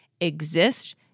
exist